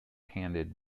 handed